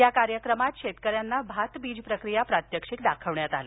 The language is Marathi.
या कार्यक्रमात शेतकऱ्यांना भात बीज प्रकिया प्रात्यक्षिक दाखवण्यात आलं